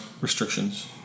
restrictions